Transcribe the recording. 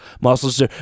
muscles